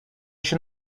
się